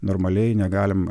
normaliai negalim